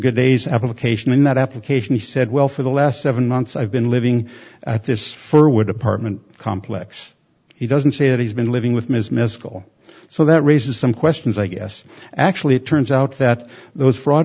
day's application in that application he said well for the last seven months i've been living at this for wood apartment complex he doesn't say that he's been living with ms miscall so that raises some questions i guess actually it turns out that those fraud